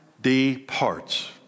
departs